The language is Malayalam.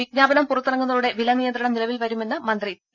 വിജ്ഞാപനം പുറത്തിറങ്ങുന്നതോടെ വില നിയന്ത്രണം നിലവിൽ വരുമെന്ന് മന്ത്രി പി